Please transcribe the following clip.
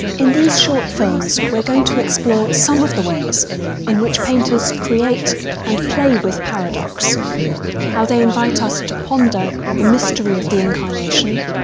in these short films we are going to explore some of the ways in which painters create and play with paradox how they invite us to ponder the mystery of the incarnation,